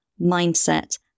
mindset